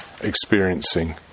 experiencing